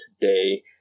today